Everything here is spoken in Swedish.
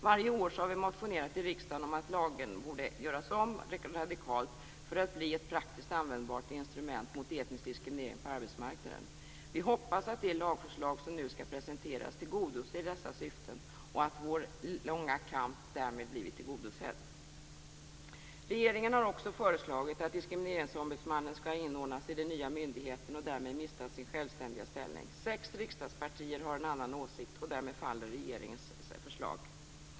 Varje år har vi i riksdagen motionerat om att lagen borde göras om radikalt för att bli ett praktiskt användbart instrument mot etnisk diskriminering på arbetsmarknaden. Vi hoppas att det lagförslag som nu skall presenteras tillgodoser dessa syften och att vår långa kamp därmed blivit tillgodosedd. Regeringen har också föreslagit att Diskrimineringsombudsmannen skall inordnas i den nya myndigheten och därmed mista sin självständiga ställning. Sex riksdagspartier har en annan åsikt, och därmed faller regeringens förslag.